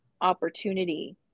opportunity